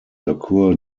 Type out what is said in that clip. occur